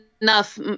enough